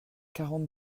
quarante